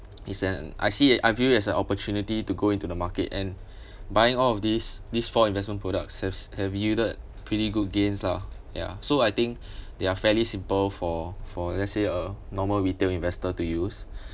it's an I see it I view it as an opportunity to go into the market and buying all of these these four investment products haves have yielded pretty good gains lah ya so I think they are fairly simple for for let's say a normal retail investor to use